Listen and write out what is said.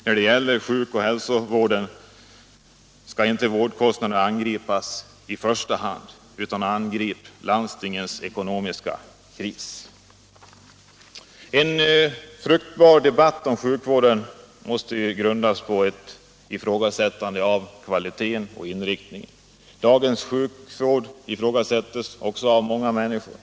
När det gäller sjukoch hälsovården skall vi inte i första hand angripa vårdkostnaderna, utan landstingens ekonomiska kris. En fruktbar debatt om sjukvården måste grundas på ett ifrågasättande av dess kvalitativa inriktning. Dagens sjukvård ifrågasätts också av många människor.